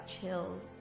chills